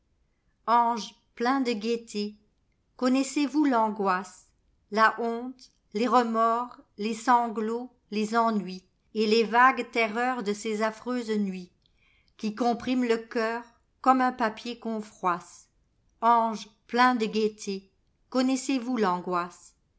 ange plein de gaîté connaissez-vous tanijoisse la honte les remords les sanglots les ennuis et les vagues erreurs de ces affreuses nuits qui compriment le cœur comme un papier qu'on froisse ange plein de gaîté connaissez-vous tangoisse